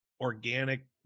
organic